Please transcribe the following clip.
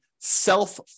self